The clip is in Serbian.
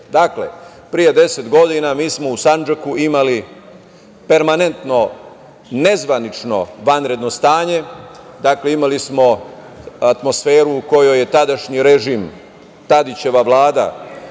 pre 10 godina mi smo u Sandžaku imali permanentno nezvanično vanredno stanje. Dakle, imali smo atmosferu u kojoj je tadašnji režim, Tadićeva vlada,